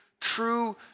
true